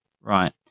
Right